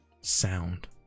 sound